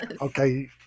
okay